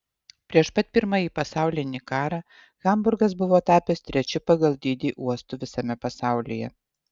prieš pat pirmąjį pasaulinį karą hamburgas buvo tapęs trečiu pagal dydį uostu visame pasaulyje